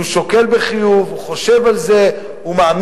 לכהן כסגן יושב-ראש הכנסת הוא חבר הכנסת אופיר אקוניס.